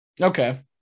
Okay